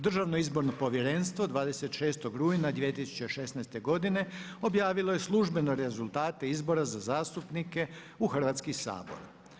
Državno izborno povjerenstvo 26. rujna 2016. godine objavilo je službeno rezultate izbora za zastupnike u Hrvatski sabor.